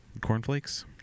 Cornflakes